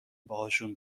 باهاشون